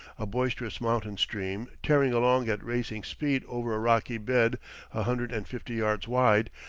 a boisterous mountain stream, tearing along at racing speed over a rocky bed a hundred and fifty yards wide,